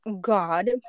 God